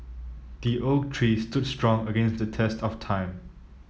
the oak tree stood strong against the test of time